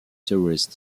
tourist